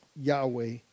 Yahweh